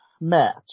match